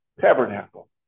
tabernacle